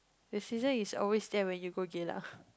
the season is always there when you go Geylang